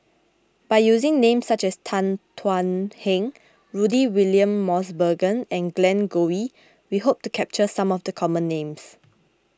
by using names such as Tan Thuan Heng Rudy William Mosbergen and Glen Goei we hope to capture some of the common names